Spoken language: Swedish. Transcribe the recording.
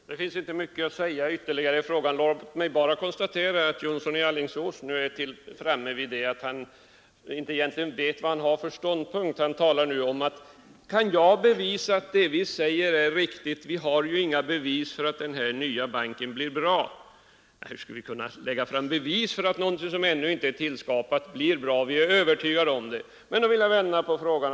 Herr talman! Det finns inte mycket att säga ytterligare i frågan. Låt mig bara konstatera att herr Jonsson i Alingsås befinner sig i det läget att han egentligen inte vet vilken ståndpunkt han skall inta. Han frågar om jag kan bevisa att det vi säger är riktigt, och han påstår att vi inte har några bevis för att den nya banken skall bli bra. — Hur skall vi kunna lägga fram bevis för att någonting som ännu inte är tillskapat skall bli bra? Vi är övertygade om att den nya banken skall bli bra.